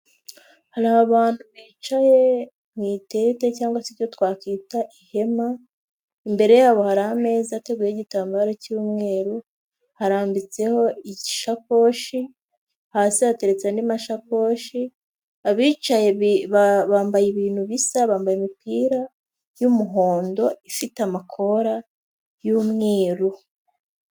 Hari abantu bicaye mu itente cyangwa se ibyo twakwita ihema, imbere yabo hari ameza ateguyeho igitambaro cy'umweru, harambitseho ishakoshi, hasi hateretse andi mashakoshi, abicaye bambaye ibintu bisa bambaye imipira y'umuhondo, ifite amakora y'umweru.